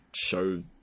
show